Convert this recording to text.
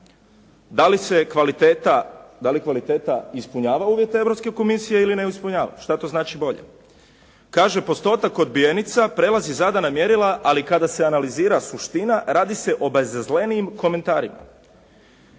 da li kvaliteta ispunjava uvjete Europske komisije ili ne ispunjava. Što to znači bolje? Kaže, postotak odbijenica prelazi zadana mjerila, ali kada se analizira suština radi se o bezazlenijim komentarima.